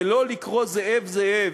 ולא לקרוא "זאב, זאב",